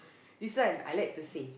this one I like to say